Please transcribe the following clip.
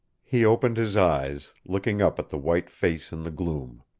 he opened his eyes, looking up at the white face in the gloom.